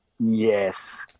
Yes